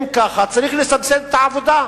אם ככה, צריך לסבסד את העבודה.